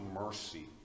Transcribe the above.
mercy